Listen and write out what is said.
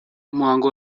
umuhango